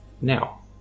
now